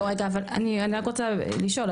לא, רגע, אני רק רוצה לשאול.